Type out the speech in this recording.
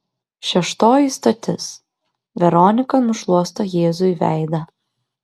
šeštoji stotis veronika nušluosto jėzui veidą